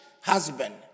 husband